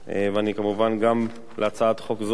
גם הצעת חוק זו היא